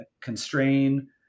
constrain